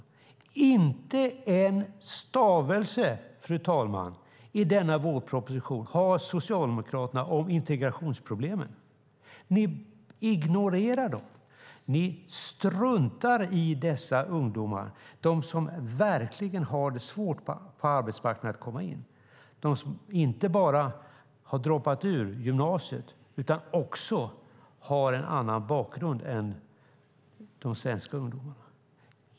Socialdemokraterna har inte en stavelse, fru talman, om integrationsproblemen i detta förslag till vårproposition. Ni ignorerar dem och struntar i dessa ungdomar som verkligen har det svårt att komma in på arbetsmarknaden. De har inte bara droppat ur gymnasiet utan har också en annan bakgrund än de svenska ungdomarna.